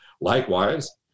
Likewise